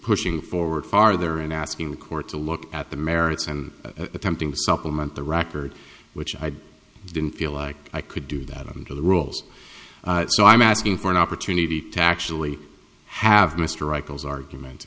pushing forward farther in asking the court to look at the merits and attempting to supplement the record which i didn't feel like i could do that under the rules so i'm asking for an opportunity to actually have mr right those arguments